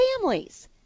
families